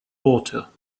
water